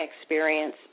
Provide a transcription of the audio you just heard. experience